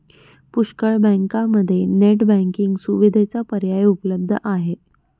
पुष्कळ बँकांमध्ये net banking सुविधेचा पर्याय उपलब्ध आहे